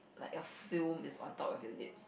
like a film is on top of your lips